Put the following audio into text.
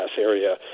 area